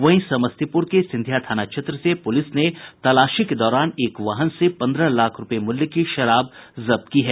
वहीं समस्तीपुर के सिंधिया थाना क्षेत्र से पुलिस ने तलाशी के दौरान एक वाहन से लगभग पंद्रह लाख रूपये मूल्य की शराब जब्त की है